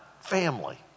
family